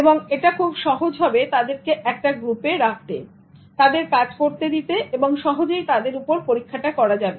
এবং এটা খুব সহজ হবে তাদেরকে একটা গ্রুপে রাখতে তাদের কাজ করতে দিতে এবং সহজেই তাদের উপর পরীক্ষাটা করা যাবে